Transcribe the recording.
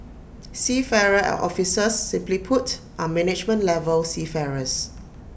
seafarer officers simply put are management level seafarers